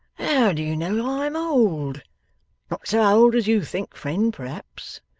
how do you know i am old? not so old as you think, friend, perhaps.